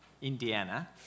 Indiana